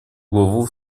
главу